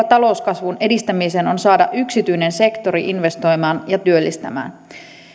talouskasvun edistämiseen on saada yksityinen sektori investoimaan ja työllistämään